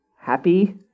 Happy